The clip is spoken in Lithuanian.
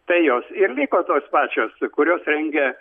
tai jos ir liko tos pačios kurios rengia